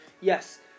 Yes